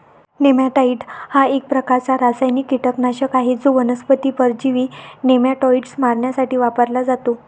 नेमॅटाइड हा एक प्रकारचा रासायनिक कीटकनाशक आहे जो वनस्पती परजीवी नेमाटोड्स मारण्यासाठी वापरला जातो